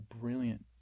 brilliant